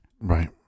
Right